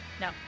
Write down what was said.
No